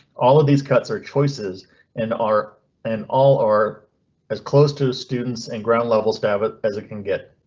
all of these cuts are choices and are an all or as close to the students. an and ground levels to have it as it can get.